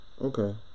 Okay